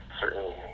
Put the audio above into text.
certain